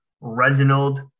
Reginald